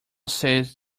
says